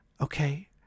Okay